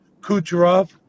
Kucherov